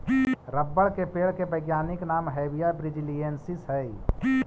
rubber के पेड़ के वैज्ञानिक नाम हैविया ब्रिजीलिएन्सिस हइ